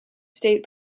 state